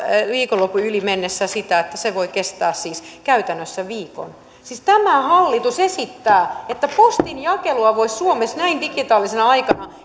viikonlopun yli mennessä sitä että se voi kestää käytännössä viikon siis tämä hallitus esittää että postin jakelua voisi suomessa näin digitaalisena aikana